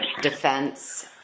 defense